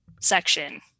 section